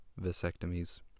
vasectomies